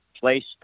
placed